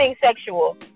sexual